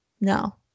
No